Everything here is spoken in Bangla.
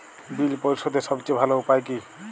বিল পরিশোধের সবচেয়ে ভালো উপায় কী?